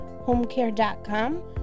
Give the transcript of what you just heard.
homecare.com